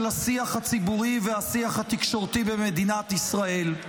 השיח הציבורי והשיח התקשורתי במדינת ישראל.